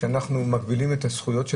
שאנחנו מגבילים את הזכויות של